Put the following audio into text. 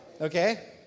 Okay